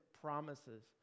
promises